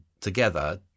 together